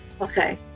Okay